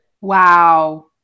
Wow